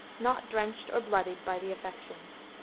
not drenched or bloodied by the affections.